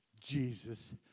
Jesus